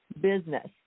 business